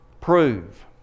prove